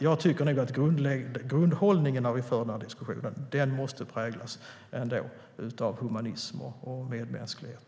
Jag tycker ändå att grundhållningen när vi för denna diskussion måste präglas av humanism och medmänsklighet.